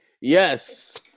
Yes